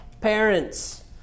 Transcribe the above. parents